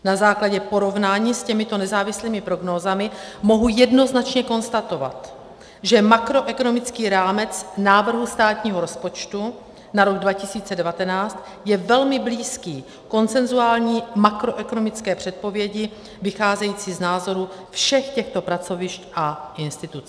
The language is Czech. Na základě porovnání s těmito nezávislými prognózami mohu jednoznačně konstatovat, že makroekonomický rámec návrhu státního rozpočtu na rok 2019 je velmi blízký konsenzuální makroekonomické předpovědi vycházející z názorů všech těchto pracovišť a institucí.